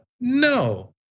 no